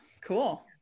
Cool